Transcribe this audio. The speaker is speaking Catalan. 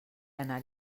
anar